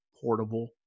portable